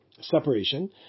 separation